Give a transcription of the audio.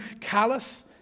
callous